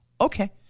Okay